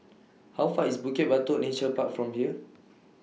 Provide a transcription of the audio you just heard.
How Far IS Bukit Batok Nature Park from here